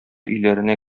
өйләренә